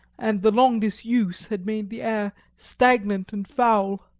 and the long disuse had made the air stagnant and foul.